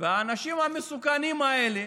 והאנשים המסוכנים האלה